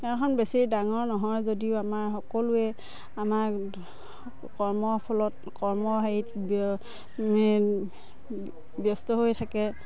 গাঁওখন বেছি ডাঙৰ নহয় যদিও আমাৰ সকলোৱে আমাৰ কৰ্মৰ ফলত কৰ্মৰ হেৰিত ব্যস্ত হৈ থাকে